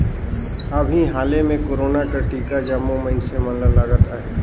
अभीं हाले में कोरोना कर टीका जम्मो मइनसे मन ल लगत अहे